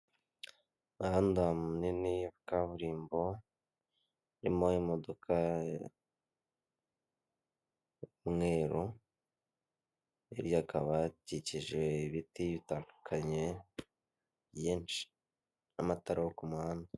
Umuhanda munini ya kaburimbo urimo imodoka y'umweru iri hakaba hakikije ibiti bitandukane byinshi n'amatara yo ku muhanda.